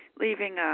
leaving